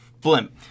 blimp